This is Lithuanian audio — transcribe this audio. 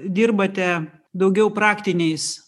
dirbate daugiau praktiniais